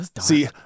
See